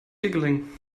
giggling